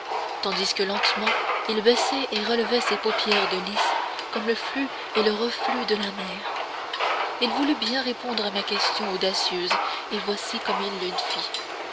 tandis que lentement il baissait et relevait ses paupières de lis comme le flux et le reflux de la mer il voulut bien répondre à ma question audacieuse et voici comme il le fit